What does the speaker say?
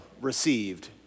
received